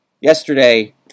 Yesterday